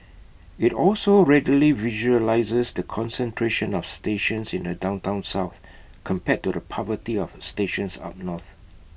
IT also readily visualises the concentration of stations in the downtown south compared to the poverty of stations up north